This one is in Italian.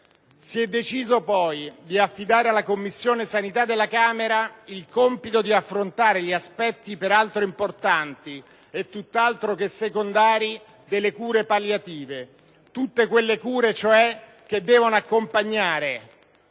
Si è deciso poi di affidare alla Commissione sanità della Camera il compito di affrontare gli aspetti, peraltro importanti e tutt'altro che secondari, delle cure palliative; tutte quelle cure, cioè, che devono accompagnare,